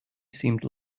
seemed